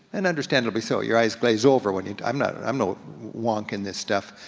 and understandably so, your eyes glaze over when you, i'm no i'm no wonk in this stuff.